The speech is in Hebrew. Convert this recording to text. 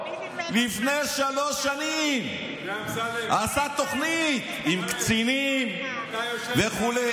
לפני שלוש שנים עשה תוכנית עם קצינים וכו'?